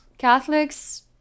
Catholics